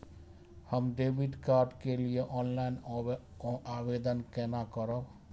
हम debit card के लिए ऑनलाइन आवेदन केना करब?